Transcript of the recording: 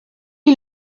est